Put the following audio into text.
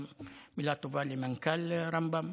מילה טובה גם למנכ"ל רמב"ם,